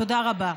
תודה רבה.